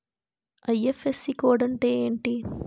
IFSC code అంటే ఏంటి?